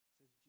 says